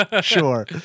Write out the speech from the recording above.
Sure